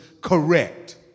correct